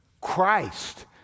Christ